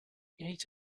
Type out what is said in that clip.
ate